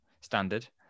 standard